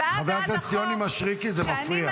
חבר הכנסת יוני מישרקי, זה מפריע.